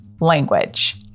language